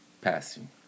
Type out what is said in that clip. passing